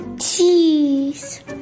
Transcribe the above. Cheese